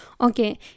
okay